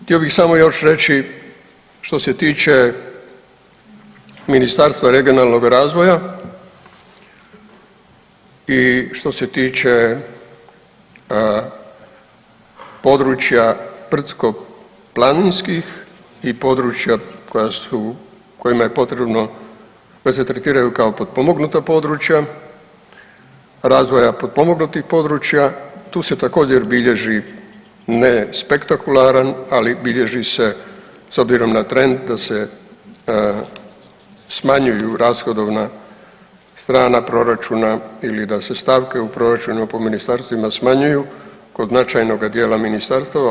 Htio bih još samo reći što se tiče Ministarstva regionalnog razvoja i što se tiče područja brdsko-planinskih i područja kojima je potrebno, koja se tretiraju kao potpomognuta područja, razvoja potpomognutih područja tu se također bilježi ne spektakularan, ali bilježi se s obzirom na trend da se smanjuju rashodovna strana proračuna ili da se stavke u proračunu po ministarstvima smanjuju kod značajnoga dijela ministarstava.